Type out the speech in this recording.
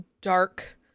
dark